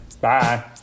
Bye